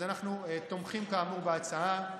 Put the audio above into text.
אז אנחנו תומכים כאמור בהצעה.